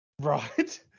Right